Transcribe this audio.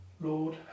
Lord